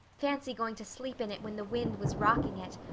fancy going to sleep in it when the wind was rocking it.